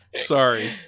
sorry